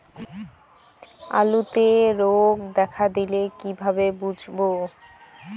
আলুতে রোগ দেখা দিলে কিভাবে বুঝবো?